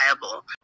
reliable